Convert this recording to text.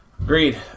Agreed